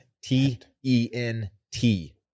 T-E-N-T